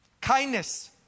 Kindness